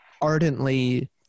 ardently